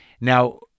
now